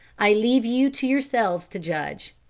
i leave you to yourselves to judge.